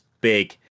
big